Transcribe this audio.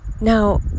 Now